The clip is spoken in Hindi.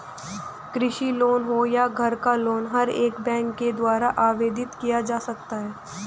कृषि लोन हो या घर का लोन हर एक बैंक के द्वारा आवेदित किया जा सकता है